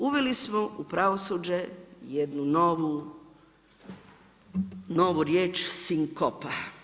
Uveli smo u pravosuđe jednu novu riječ sinkopa.